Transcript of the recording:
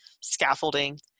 scaffolding